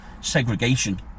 Segregation